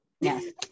yes